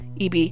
eb